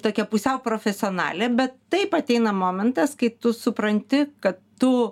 tokia pusiau profesionalė bet taip ateina momentas kai tu supranti kad tu